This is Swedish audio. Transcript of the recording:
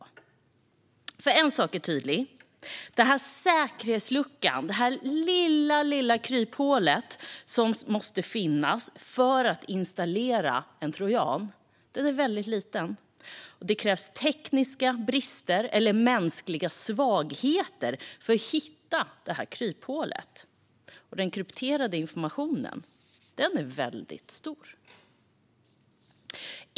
En sak är tydlig. Säkerhetsluckan - kryphålet - som måste finnas för att man ska kunna installera en trojan är väldigt liten. Det krävs tekniska brister eller mänskliga svagheter för att man ska hitta det här kryphålet. Och den krypterade informationen är väldigt stor.